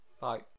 Bye